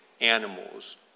animals